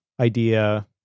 idea